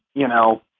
you know,